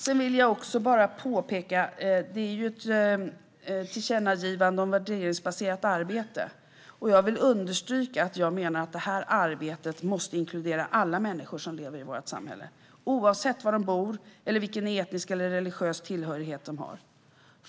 Det finns ett tillkännagivande om värderingsbaserat arbete. Jag vill understryka att jag menar att detta arbete måste inkludera alla människor som lever i vårt samhälle, oavsett var de bor eller deras etniska eller religiösa tillhörighet.